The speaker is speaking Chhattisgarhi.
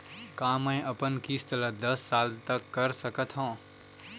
का मैं अपन किस्त ला दस साल तक कर सकत हव?